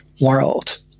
world